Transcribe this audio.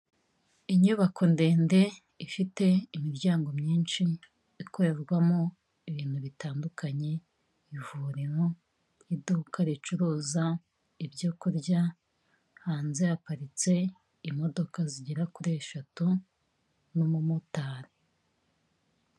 Inyubako ndende ifite imiryango myinshi ikorerwamo ibintu bitandukanye, ivuriroye, iduka ricuruza ibyo kurya hanze haparitse imodoka zigera kuri eshatu n'umumotari.